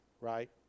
right